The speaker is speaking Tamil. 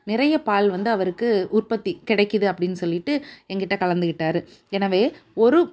நிறைய பால் வந்து அவருக்கு உற்பத்தி கிடைக்கிது அப்படின்னு சொல்லிகிட்டு எங்கிட்ட கலந்துகிட்டாரு எனவே ஒரு